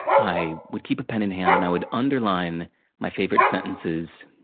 i would keep a pen in hand, and i would underline my favorite sentences,